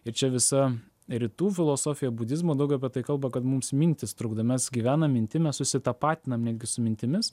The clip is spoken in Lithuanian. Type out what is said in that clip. ir čia visa rytų filosofija budizmo daug apie tai kalba kad mums mintys trukdo mes gyvenam mintim mes susitapatinam ne su mintimis